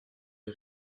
les